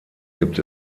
gibt